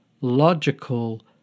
logical